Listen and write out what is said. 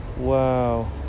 Wow